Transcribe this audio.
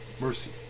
mercy